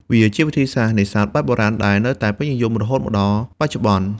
វាជាវិធីសាស្រ្តនេសាទបែបបុរាណ ដែលនៅតែពេញនិយមរហូតមកដល់បច្ចុប្បន្ន។